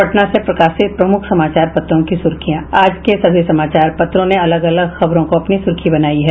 अब पटना से प्रकाशित प्रमुख समाचार पत्रों की सुर्खियां आज के सभी समाचार पत्रों ने अलग अलग खबरों को अपनी सुर्खी बनायी है